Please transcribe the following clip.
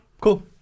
Cool